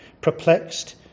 perplexed